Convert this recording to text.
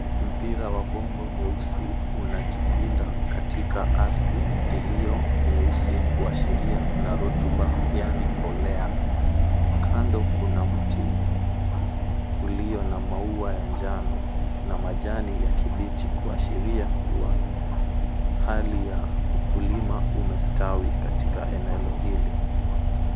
Mpira wa bombo mweusi unajipinda katika ardhi iliyo nyeusi kuashiria ina rotuba yani mbolea. Kando kuna mti ulio na maua ya njano na majani ya kibichi kuashiria kuwa hali ya ukulima umestawi katika eneo hili.